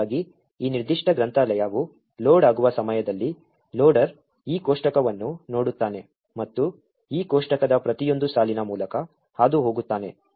ಹೀಗಾಗಿ ಈ ನಿರ್ದಿಷ್ಟ ಗ್ರಂಥಾಲಯವು ಲೋಡ್ ಆಗುವ ಸಮಯದಲ್ಲಿ ಲೋಡರ್ ಈ ಕೋಷ್ಟಕವನ್ನು ನೋಡುತ್ತಾನೆ ಮತ್ತು ಈ ಕೋಷ್ಟಕದ ಪ್ರತಿಯೊಂದು ಸಾಲಿನ ಮೂಲಕ ಹಾದು ಹೋಗುತ್ತಾನೆ